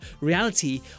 reality